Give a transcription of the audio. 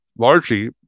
Largely